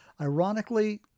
Ironically